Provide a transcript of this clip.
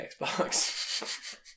Xbox